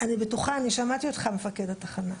אני שמעתי אותך מפקד התחנה,